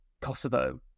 Kosovo